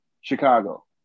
Chicago